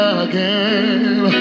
again